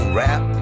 rap